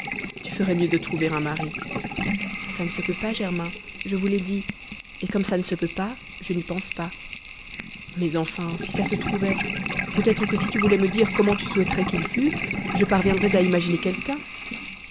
tu ferais mieux de trouver un mari ça ne se peut pas germain je vous l'ai dit et comme ça ne se peut pas je n'y pense pas mais enfin si ça se trouvait peut-être que si tu voulais me dire comment tu souhaiterais qu'il fût je parviendrais à imaginer quelqu'un